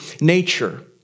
nature